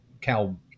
Cal